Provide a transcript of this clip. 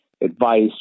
advice